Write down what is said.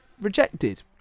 rejected